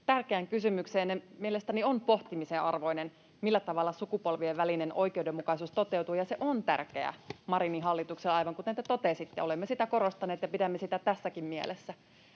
tärkeään kysymykseenne. Mielestäni on pohtimisen arvoista, millä tavalla sukupolvien välinen oikeudenmukaisuus toteutuu, ja se on tärkeää Marinin hallitukselle, aivan kuten te totesitte. Olemme sitä korostaneet ja pidämme sitä tärkeänä tässäkin mielessä.